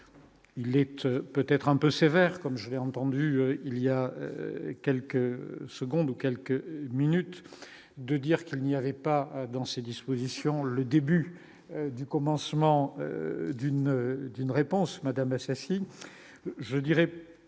il est peut-être un peu sévère comme j'ai entendu il y a quelques secondes ou quelques minutes de dire qu'il n'y avait pas dans ces dispositions, le début du commencement d'une d'une réponse Madame Assassi